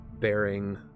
bearing